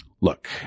look